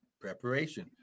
Preparation